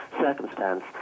circumstance